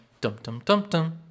Dum-dum-dum-dum